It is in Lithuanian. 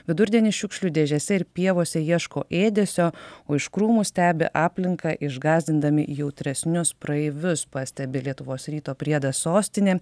vidurdienį šiukšlių dėžėse ir pievose ieško ėdesio o iš krūmų stebi aplinką išgąsdindami jautresnius praeivius pastebi lietuvos ryto priedas sostinė